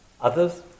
others